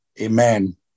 amen